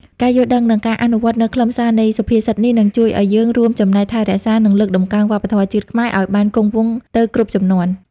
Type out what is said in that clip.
ការយល់ដឹង និងការអនុវត្តនូវខ្លឹមសារនៃសុភាសិតនេះ នឹងជួយឱ្យយើងរួមចំណែកថែរក្សា និងលើកតម្កើងវប្បធម៌ជាតិខ្មែរឱ្យបានគង់វង្សទៅគ្រប់ជំនាន់។